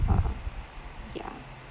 uh yeah